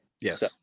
Yes